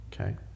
okay